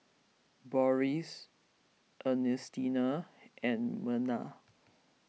Boris Ernestina and Merna